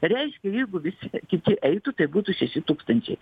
reiškia jeigu visi kiti eitų tai būtų šeši tūkstančiai